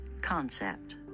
concept